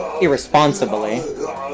irresponsibly